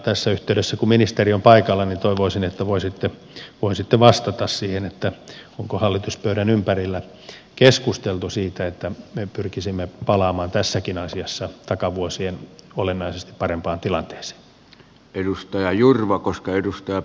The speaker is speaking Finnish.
tässä yhteydessä kun ministeri on paikalla toivoisin että voisitte vastata siihen onko hallituspöydän ympärillä keskusteltu siitä että me pyrkisimme palaamaan tässäkin asiassa takavuosien olennaisesti parempaan tilanteeseen